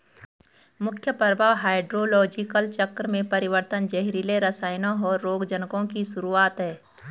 मुख्य प्रभाव हाइड्रोलॉजिकल चक्र में परिवर्तन, जहरीले रसायनों, और रोगजनकों की शुरूआत हैं